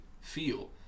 feel